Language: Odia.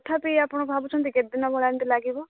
ତଥାପି ଆପଣ ଭାବୁଛନ୍ତି କେତେ ଏମିତି ଲାଗିବ